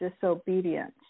disobedience